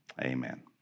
Amen